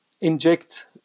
inject